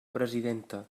presidenta